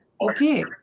okay